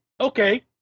okay